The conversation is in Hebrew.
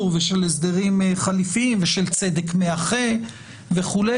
ושל הסדרים חליפיים ושל צדק מאחה וכולי.